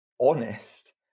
honest